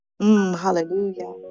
hallelujah